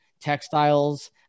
textiles